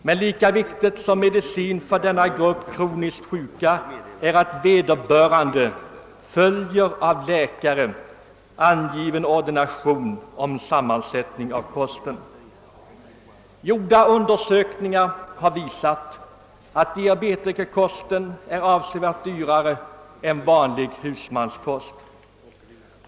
Men lika viktigt som medicin för denna grupp av kroniskt sjuka är att vederbörande följer av läkare föreskriven ordination om sammansättning av kosten. Gjorda undersökningar har visat att diabetikerkosten är avsevärt dyrare än vanlig husmanskost.